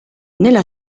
nella